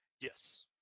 Yes